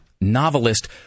novelist